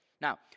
Now